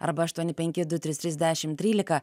arba aštuoni penki du trys trys dešim trylika